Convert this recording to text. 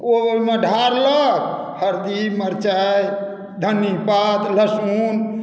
ओ ओहिमे ढारलक हरदि मिरचाइ धन्निपात लहसून